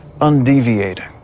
undeviating